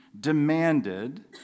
demanded